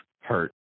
hurt